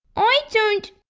i don't.